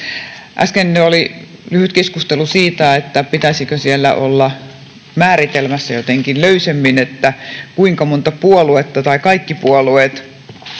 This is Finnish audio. Äsken oli lyhyt keskustelu siitä, pitäisikö siellä olla määritelmässä jotenkin löysemmin, kuinka monta puoluetta tai kaikki puolueet.